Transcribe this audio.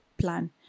plan